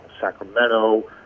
Sacramento